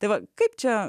tai va kaip čia